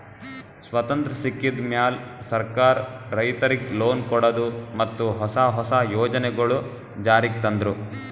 ಸ್ವತಂತ್ರ್ ಸಿಕ್ಕಿದ್ ಮ್ಯಾಲ್ ಸರ್ಕಾರ್ ರೈತರಿಗ್ ಲೋನ್ ಕೊಡದು ಮತ್ತ್ ಹೊಸ ಹೊಸ ಯೋಜನೆಗೊಳು ಜಾರಿಗ್ ತಂದ್ರು